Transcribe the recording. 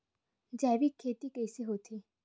जैविक खेती कइसे होथे?